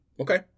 Okay